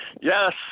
yes